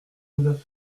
vous